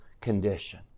condition